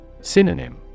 Synonym